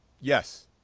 Yes